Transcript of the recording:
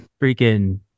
freaking